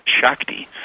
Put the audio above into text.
shakti